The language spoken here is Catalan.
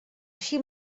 així